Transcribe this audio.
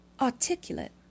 articulate